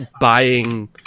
buying